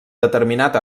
determinat